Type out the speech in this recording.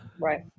Right